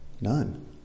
None